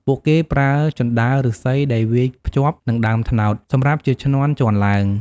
ពួកគេប្រើជណ្ដើរឫស្សី ដែលវាយភ្ជាប់នឹងដើមត្នោត សម្រាប់ជាឈ្នាន់ជាន់ឡើង។